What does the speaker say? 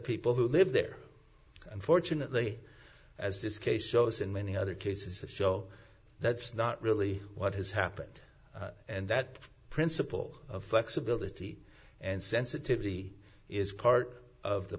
people who live there unfortunately as this case shows in many other cases that show that's not really what has happened and that principle of flexibility and sensitivity is part of the